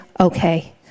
okay